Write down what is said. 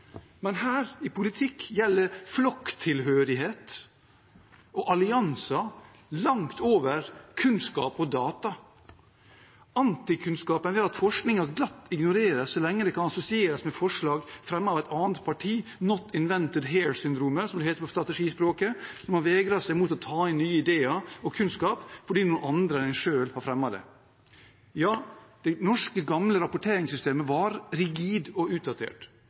men her, i politikken, gjelder flokktilhørighet og allianser langt over kunnskap og data. Antikunnskapen er at forskningen glatt ignoreres så lenge den kan assosieres med forslag fremmet av et annet parti, «not invented here-syndromet» som det heter på strategispråket, som har vegret seg for å ta inn nye ideer og kunnskap fordi noen andre enn en selv har fremmet det. Ja, det norske gamle rapporteringssystemet var rigid og utdatert.